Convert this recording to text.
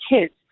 kids